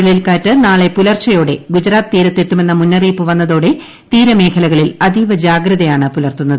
ചുഴലിക്കാറ്റ് നാളെ പുലർച്ചയോടെ ഗുജറാത്ത് തീരത്ത് എത്തുമെന്ന മുന്നറിയിപ്പ് വന്നതോടെ ്ത്രീരമേഖലകളിൽ അതീവജാഗ്രതയാണ് പുലർത്തുന്നത്